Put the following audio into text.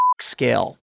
scale